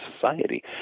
society